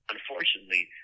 Unfortunately